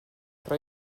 tra